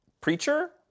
preacher